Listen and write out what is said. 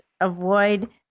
avoid